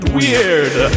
weird